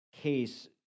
case